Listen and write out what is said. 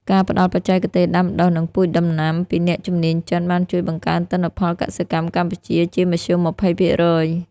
ការផ្ដល់បច្ចេកទេសដាំដុះ និងពូជដំណាំពីអ្នកជំនាញចិន បានជួយបង្កើនទិន្នផលកសិកម្មកម្ពុជាជាមធ្យម ២០%។